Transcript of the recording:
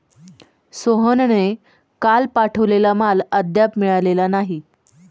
सोहनने काल पाठवलेला माल अद्याप मिळालेला नाही